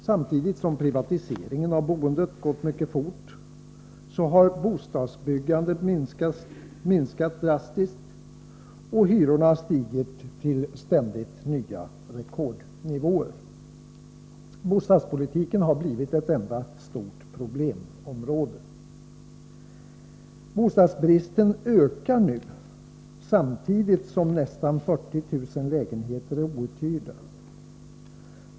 Samtidigt som privatiseringen av boendet har gått mycket fort, har bostadsbyggandet minskat drastiskt och hyrorna stigit till ständigt nya rekordnivåer. Bostadspolitiken har blivit ett stort problemområde. Bostadsbristen ökar nu, samtidigt som - nästan 40 000 lägenheter är outhyrda.